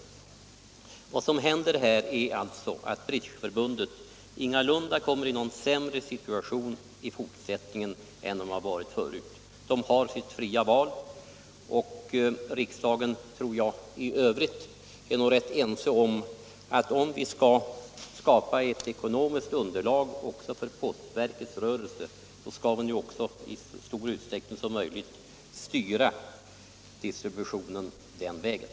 Bridgeförbundet kommer ingalunda i fortsättningen i en sämre situation än man tidigare haft. Förbundet har sitt fria val. Jag tror att vi i riksdagen i övrigt är rätt eniga om att vi för att skapa ett gott ekonomiskt underlag också för postverkets rörelse, i så stor utsträckning som möjligt — Nr 128 bör styra distributionen den vägen.